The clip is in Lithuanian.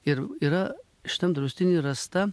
ir yra šitam draustiny rasta